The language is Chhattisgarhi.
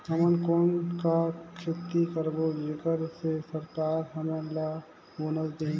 हमन कौन का खेती करबो जेकर से सरकार हमन ला बोनस देही?